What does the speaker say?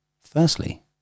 Firstly